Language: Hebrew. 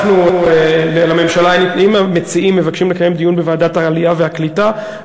אם המציעים מבקשים לקיים דיון בוועדת העלייה והקליטה,